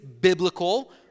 biblical